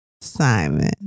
Simon